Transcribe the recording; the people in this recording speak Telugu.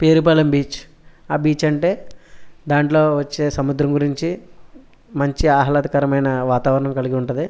పేరుపాలెం బీచ్ ఆ బీచ్ అంటే దానిలో వచ్చే సముద్రం గురించి మంచి ఆహ్లాదకరమైన వాతావరణం కలిగి ఉంటుంది